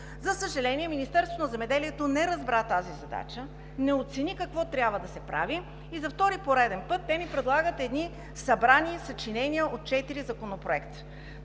За съжаление, Министерството на земеделието, храните и горите не разбра тази задача, не оцени какво трябва да се прави и за втори пореден път ни предлага едни събрани съчинения от четири законопроекта.